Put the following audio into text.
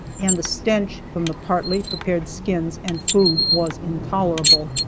and the stench from the partly prepared skins and food was intolerable.